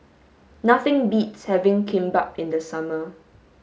nothing beats having Kimbap in the summer